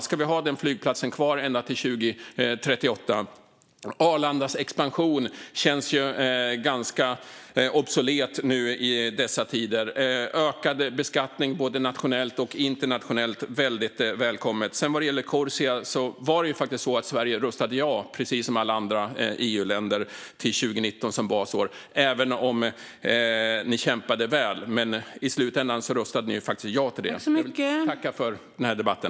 Ska vi ha den flygplatsen kvar ända till 2038? Arlandas expansion känns ju ganska obsolet nu i dessa tider. Ökad beskattning, både nationellt och internationellt, är också väldigt välkommet. Vad sedan gäller Corsia röstade ju faktiskt Sverige ja, precis som alla andra EU-länder, till 2019 som basår. Ni kämpade väl, men i slutändan röstade ni faktiskt ja till det. Jag vill tacka för den här debatten.